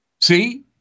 see